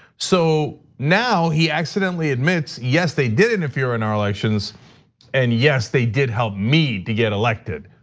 so now he accidentally admits, yes they did interfere in our elections and yes they did help me to get elected.